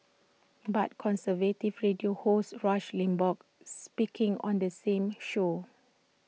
but conservative radio host rush Limbaugh speaking on the same show